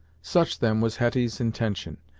such then was hetty's intention,